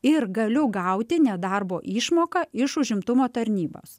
ir galiu gauti nedarbo išmoką iš užimtumo tarnybos